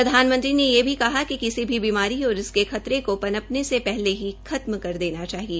प्रधानमंत्री ने यह भी कहा कि किसी भी बीमारी और इसके खतरे को पनपने से पहले ही खत्म कर देना चाहिए